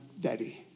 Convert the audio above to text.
daddy